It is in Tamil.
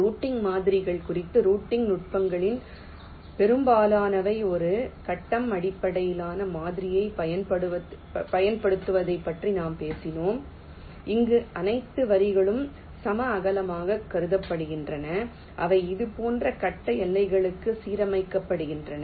ரூட்டிங் மாதிரிகள் குறித்து ரூட்டிங் நுட்பங்களில் பெரும்பாலானவை ஒரு கட்டம் அடிப்படையிலான மாதிரியைப் பயன்படுத்துவதைப் பற்றி நாம் பேசுவோம் அங்கு அனைத்து வரிகளும் சம அகலமாகக் கருதப்படுகின்றன அவை இது போன்ற கட்ட எல்லைகளுக்கு சீரமைக்கப்படுகின்றன